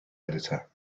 editor